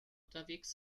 unterwegs